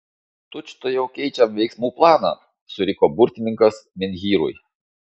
tučtuojau keičiam veiksmų planą suriko burtininkas menhyrui